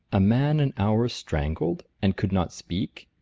a man an hour strangled, and could not speak,